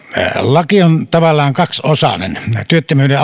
laki on tavallaan kaksiosainen työttömyyden